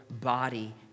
body